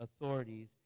authorities